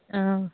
অঁ